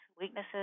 weaknesses